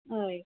हय